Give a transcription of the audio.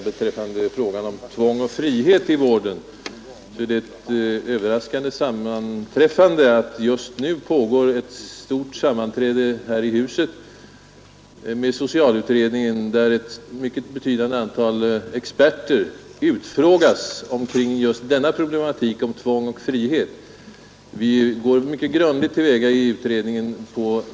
Beträffande frågan om tvång och frihet i narkomanvården är det ett överraskande sammanträffande att ett stort sammanträde just nu och i morgon pågår här i huset med socialutredningen, där ett mycket betydande antal experter utfrågas av utredningen om just denna problematik. Vi behandlar den frågan mycket grundligt i utredningen.